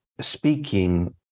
speaking